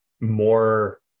more